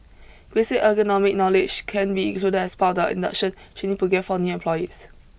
basic ergonomics knowledge can be included as part of the induction training programme for new employees